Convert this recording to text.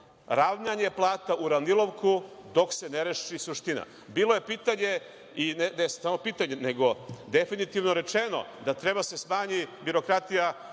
ravnjanje plata, uravnilovku, dok se ne reši suština. Bilo je pitanje, i ne samo pitanje, nego definitivno rečeno da treba da se smanji birokratija